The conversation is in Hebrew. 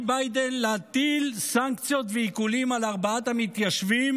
ביידן להטיל סנקציות ועיקולים על ארבעת המתיישבים,